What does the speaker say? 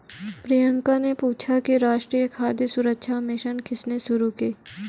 प्रियंका ने पूछा कि राष्ट्रीय खाद्य सुरक्षा मिशन किसने शुरू की?